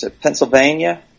pennsylvania